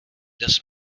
does